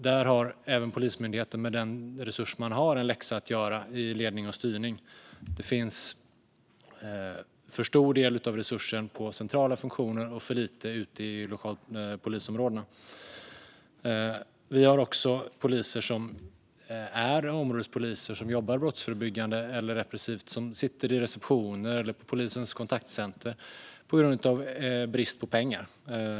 Här har även Polismyndigheten med den resurs man har en läxa att göra i ledning och styrning. Det finns för stor del av resursen i centrala funktioner och för liten del ute i polisområdena. Vi har också poliser som är områdespoliser och jobbar brottsförebyggande eller repressivt som sitter i receptioner eller polisens kontaktcenter på grund av brist på pengar.